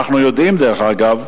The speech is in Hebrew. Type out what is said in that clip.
אנחנו יודעים, דרך אגב,